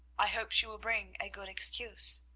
i hope she will bring a good excuse.